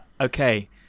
Okay